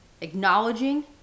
acknowledging